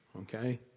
okay